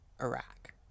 Iraq